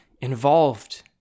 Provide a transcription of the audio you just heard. involved